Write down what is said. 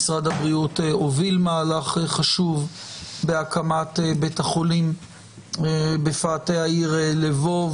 משרד הבריאות הוביל מהלך חשוב בהקמת בית החולים בפאתי העיר לבוב,